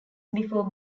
before